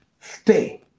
stay